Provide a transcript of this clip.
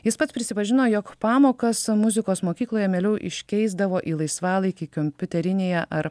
jis pats prisipažino jog pamokas muzikos mokykloje mieliau iškeisdavo į laisvalaikį kompiuterinėje ar